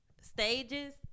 stages